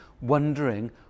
wondering